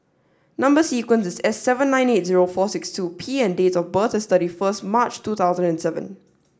number sequence is S seven nine eight zero four six two P and date of birth is thirty first March two thousand and seven